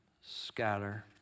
scatter